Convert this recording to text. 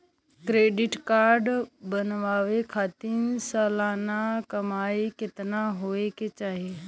Credit card बनवावे खातिर सालाना कमाई कितना होए के चाही?